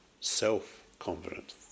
self-confident